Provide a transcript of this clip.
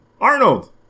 Arnold